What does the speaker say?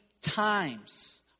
times